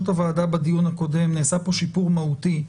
הוועדה בדיון הקודם נעשה פה שיפור מהותי,